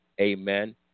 amen